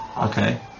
Okay